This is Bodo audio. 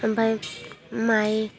ओमफाय माय